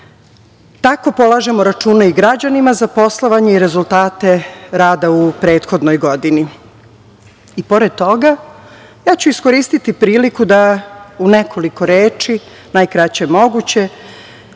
tako polažemo račune i građanima za poslovanje i rezultate rada u prethodnoj godini. Pored toga, ja ću iskoristiti priliku da u nekoliko reči, najkraće moguće,